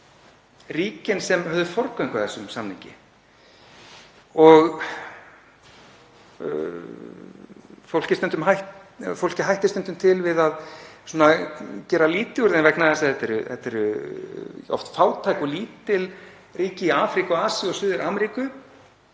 ríkin sem höfðu forgöngu að þessum samningi, að fólki hættir stundum til að gera lítið úr þeim vegna þess að þetta eru oft fátæk og lítil ríki í Afríku, Asíu, Suður-Ameríku